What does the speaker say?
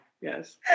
Yes